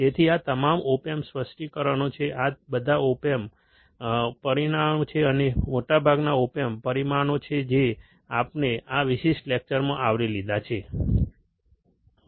તેથી આ તમામ ઓપ એમ્પ સ્પષ્ટીકરણો છે આ બધા ઓપન પરિમાણો છે અથવા મોટાભાગના ઓપ એમ્પ પરિમાણો છે જે આપણે આ વિશિષ્ટ લેકચરમાં આવરી લીધા છે બરાબર